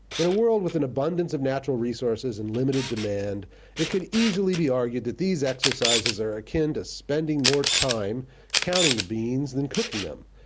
in a world with an abundance of natural resources and limited demand it could easily be argued that these exercises are akin to spending more time counting the beans than cooking them.